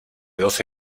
doce